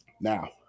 Now